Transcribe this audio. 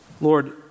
Lord